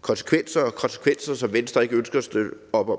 konsekvenser – konsekvenser, som Venstre ikke ønsker at støtte op om.